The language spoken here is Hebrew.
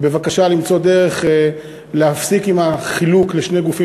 בבקשה למצוא דרך להפסיק עם החלוקה לשני גופים